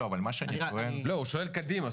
לא, הוא שואל קדימה.